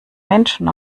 menschen